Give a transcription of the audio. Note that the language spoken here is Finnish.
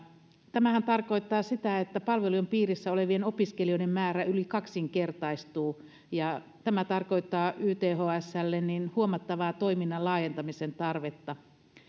tämähän tarkoittaa sitä että palvelujen piirissä olevien opiskelijoiden määrä yli kaksinkertaistuu ja tämä tarkoittaa ythslle huomattavaa toiminnan laajentamisen tarvetta